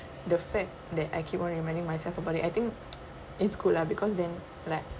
the fact that I keep on reminding myself about it I think it's good lah because then like